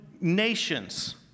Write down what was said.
nations